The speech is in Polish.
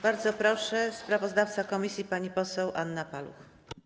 Bardzo proszę, sprawozdawca komisji pani poseł Anna Paluch.